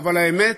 אבל האמת,